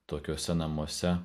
tokiuose namuose